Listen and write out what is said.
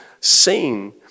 seen